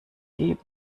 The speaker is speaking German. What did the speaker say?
die